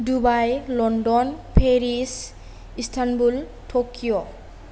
Dubai London Paris Istanbul Tokyo